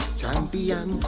champion